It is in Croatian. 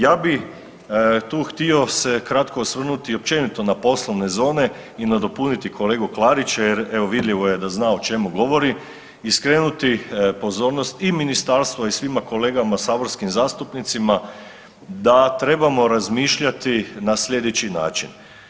Ja bih tu htio se kratko osvrnuti općenito na poslovne zone i nadopuniti kolegu Klarića jer evo vidljivo je da zna o čemu govori i skrenuti pozornost i ministarstvu i svima kolegama saborskim zastupnicima da trebamo razmišljati na slijedeći način.